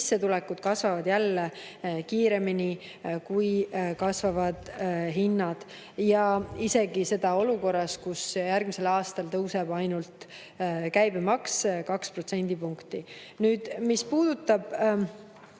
kasvavad jälle kiiremini, kui kasvavad hinnad. Seda isegi olukorras, kus järgmisel aastal tõuseb ainult käibemaks 2%. Mis puudutab